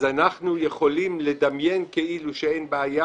אנחנו יכולים לדמיין כאילו אין בעיה.